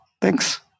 thanks